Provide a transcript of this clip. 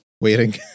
waiting